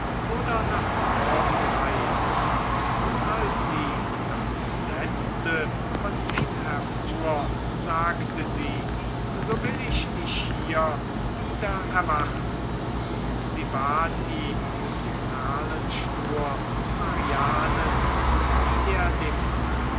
oder nach norden reise und als sie das letzte von ihm erfuhr sagte sie so will ich dich hier wieder erwarten sie bat ihn um die perlenschnur marianens die er dem